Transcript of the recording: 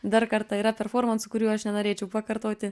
dar kartą yra performansų kurių aš nenorėčiau pakartoti